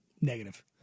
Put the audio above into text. Negative